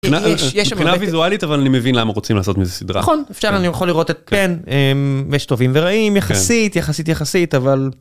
מבחינה ויזואלית אבל אני מבין למה רוצים לעשות מזה סדרה. נכון אפשר אני יכול לראות את כן יש טובים ורעים יחסית יחסית יחסית אבל.